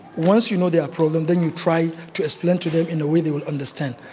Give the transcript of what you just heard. once you know their problem then you try to explain to them in a way they will understand.